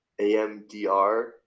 amdr